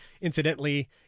Incidentally